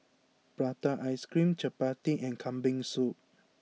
Prata Ice Cream Chappati and Kambing Soup